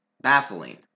baffling